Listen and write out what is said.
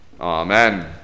Amen